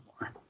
more